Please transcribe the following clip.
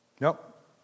Nope